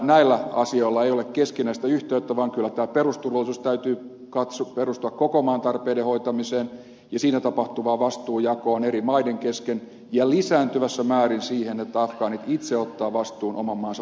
näillä asioilla ei ole keskinäistä yhteyttä vaan kyllä tämän perusturvallisuuden täytyy perustua koko maan tarpeiden hoitamiseen ja siinä tapahtuvaan vastuunjakoon eri maiden kesken ja lisääntyvässä määrin siihen että afgaanit itse ottavat vastuun oman maansa turvallisuudesta